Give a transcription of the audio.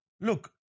Look